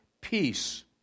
peace